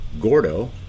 Gordo